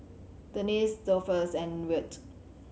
Denese Dolphus and Wirt